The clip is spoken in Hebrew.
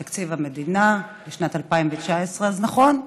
את תקציב המדינה לשנת 2019. אז נכון,